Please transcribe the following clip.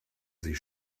sie